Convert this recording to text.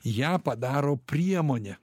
ją padaro priemone